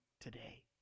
today